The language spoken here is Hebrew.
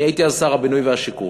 אני הייתי אז שר הבינוי והשיכון,